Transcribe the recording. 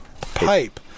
pipe